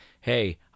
hey